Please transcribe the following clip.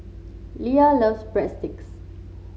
Lea loves Breadsticks